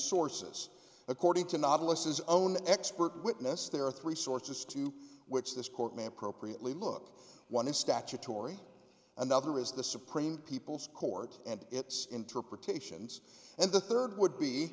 sources according to novelist his own expert witness there are three sources to which this court man appropriately look one is statutory another is the supreme court and its interpretations and the third would be